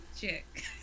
chick